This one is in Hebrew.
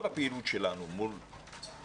כל הפעילות שלנו מול התלמידים,